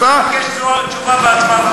אז תבקש, תשובה והצבעה במועד אחר.